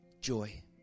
joy